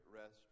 rest